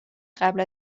قبل